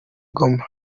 goma